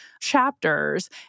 chapters